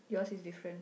yours is different